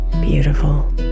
beautiful